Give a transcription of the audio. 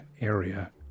area